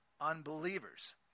unbelievers